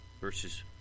verses